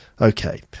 okay